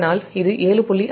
அதனால் இது 7